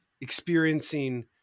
experiencing